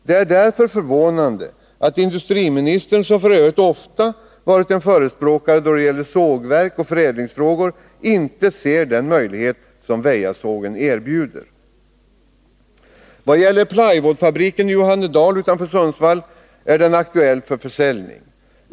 Det är därför förvånande att industriministern, som f. ö. ofta varit en förespråkare då det gäller sågverk och förädlingsfrågor, inte ser den möjlighet som Väjasågen erbjuder. Vad gäller plywoodfabriken i Johannedal utanför Sundsvall är den aktuell för försäljning.